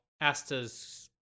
Asta's